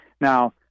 now